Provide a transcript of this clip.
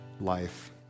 life